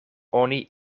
oni